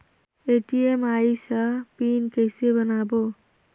ATM आइस ह PIN कइसे बनाओ?